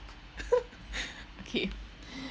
okay